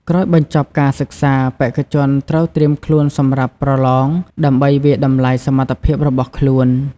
ក្រោយបញ្ចប់ការសិក្សា បេក្ខជនត្រូវត្រៀមខ្លួនសម្រាប់ប្រឡង ដើម្បីវាយតម្លៃសមត្ថភាពរបស់ខ្លួន។